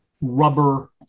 rubber